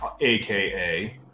AKA